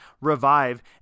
revive